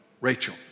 Rachel